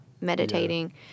meditating